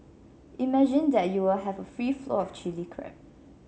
imagine that you will have a free flow of Chilli Crab